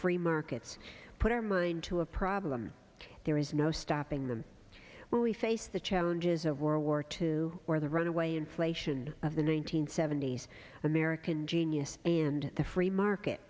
free markets put our mind to a problem there is no stopping them when we face the challenges of world war two or the runaway inflation of the nine hundred seventy s american genius and the free market